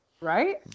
Right